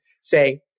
say